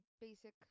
basic